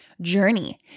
journey